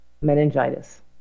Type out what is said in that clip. meningitis